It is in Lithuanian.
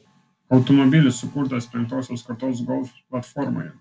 automobilis sukurtas penktosios kartos golf platformoje